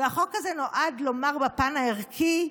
החוק הזה נועד לומר בפן הערכי: